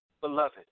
beloved